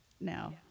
now